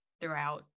throughout